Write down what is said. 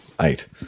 eight